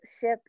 ship